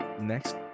next